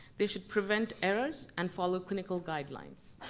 they should prevent errors and follow clinical guidelines.